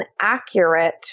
accurate